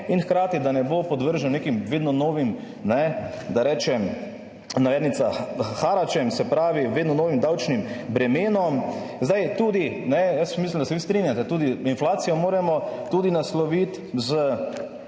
in hkrati, da ne bo podvržen nekim vedno novim, da rečem v navednicah, haračem(?), se pravi, vedno novim davčnim bremenom. Zdaj tudi jaz mislim, da se vi strinjate, tudi inflacijo moramo tudi nasloviti z